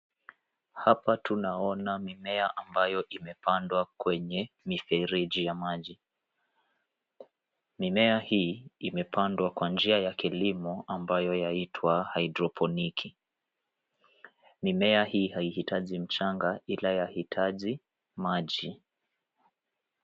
Hapa tunaona mimea ambayo imepandwa kwenye mifereji ya maji. Mimea hii imepandwa kwa njia ya kilimo ambayo yaitwa haidroponiki . Mimea hii hahitaji mchanga ila yahitaji maji.